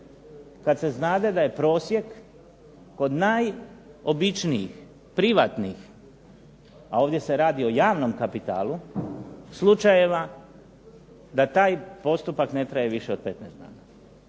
kad se znade da je prosjek kod najobičnijih privatnih, a ovdje se radi o javnom kapitalu, slučajeva da taj postupak ne traje više od 15 dana.